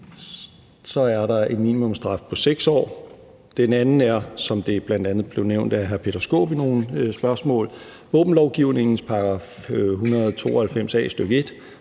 så er en minimumsstraf på 6 år, den anden er, som det bl.a. blev nævnt af hr. Peter Skaarup i nogle spørgsmål, våbenlovgivningens § 192 a, stk. 1,